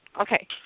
Okay